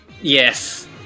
Yes